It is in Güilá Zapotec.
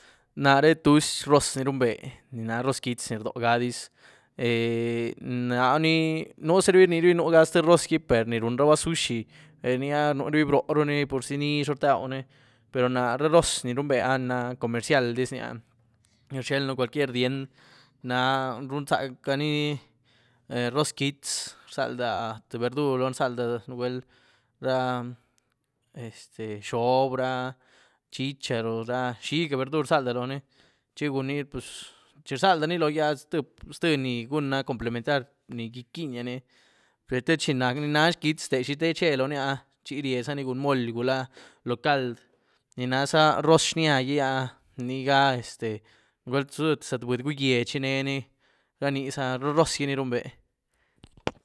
Naré tuzy rroz ni runbe, ní náh rroz quiítzy ni rdogadíz nuzarubí rnirabí nú tzïé rroz per ni runraba sushi, per nyía núruní broruní purzi nizhru rdauën per na ra rroz ni runbe'à na comercialdiznía, ni rchielën cualquier dien'd. Náh runzacaní rroz quiítzy, rzalda tïé berdur loon, rzalda nugwuel ra este xoób, ra chicarroo, ra xiga berdur rzaldaloon chi gun ni puz, chi rzaldani loníà ztïé-ztïé ni guna complementar ni gyíquinyíaní, per te chi nan nahzh quiítzy, te zhié che loníah chi ríezaní cun moly gula lo cald, ni naza rroz xíá gí nía niga este zatbudy gugyíé chinení raniza, ra rroz gí ni rumbe.